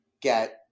get